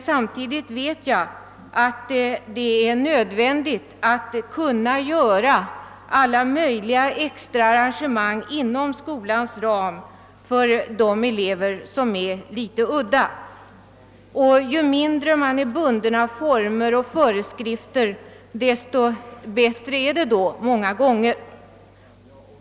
Samtidigt vet jag att det är nödvändigt att göra alla möjliga extra arrangemang inom skolans ram för de elever som är litet udda. Ju mindre bunden av former och föreskrifter man är, desto bättre är det många gånger.